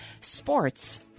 sports